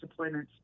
deployments